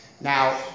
Now